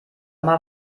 mal